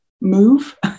move